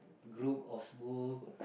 group of Smule